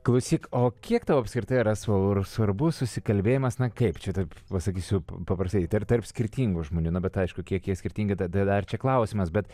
klausyk o kiek tau apskritai yra svaru svarbus susikalbėjimas na kaip čia taip pasakysiu paprastai tar tarp skirtingų žmonių na bet aišku kiek jie skirtingi tai dar čia klausimas bet